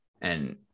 And-